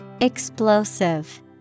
Explosive